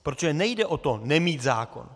Protože nejde o to nemít zákon.